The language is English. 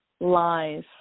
lies